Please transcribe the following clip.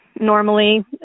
normally